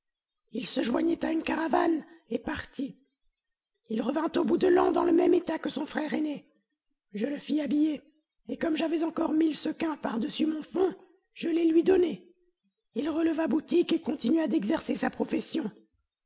il se joignit à une caravane et partit il revint au bout de l'an dans le même état que son frère aîné je le fis habiller et comme j'avais encore mille sequins par-dessus mon fonds je les lui donnai il releva boutique et continua d'exercer sa profession